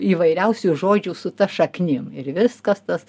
įvairiausių žodžių su ta šaknim ir viskas tas